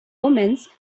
omens